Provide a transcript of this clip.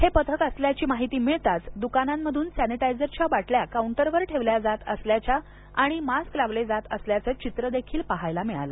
हे पथक असल्याची माहिती मिळताच दुकानांमधून सॅनिटायझरच्या बाटल्या काऊंटवर ठेवल्या जात असल्याच्या आणि मास्क लावले जात असल्याचं चित्रदेखील पाहायला मिळालं